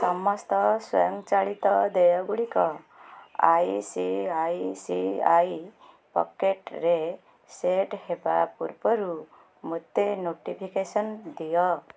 ସମସ୍ତ ସ୍ୱଂୟଚାଳିତ ଦେୟ ଗୁଡ଼ିକ I C I C I ପକେଟ୍ରେ ସେଟ୍ ହେବା ପୂର୍ବରୁ ମୋତେ ନୋଟିଫିକେସନ୍ ଦିଅ